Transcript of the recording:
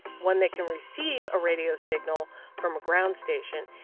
one that can receive a radio signal from a ground station,